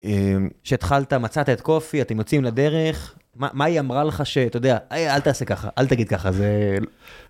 כשהתחלת, מצאתי את קופי, אתם יוצאים לדרך, מה היא אמרה לך שאתה יודע, היי אל תעשה ככה, אל תגיד ככה, זה...